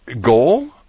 goal